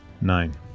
Nine